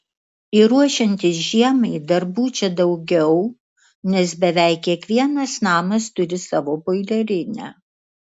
ir ruošiantis žiemai darbų čia daugiau nes beveik kiekvienas namas turi savo boilerinę